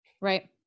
Right